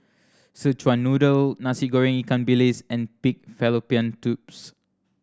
Szechuan Noodle Nasi Goreng ikan bilis and pig fallopian tubes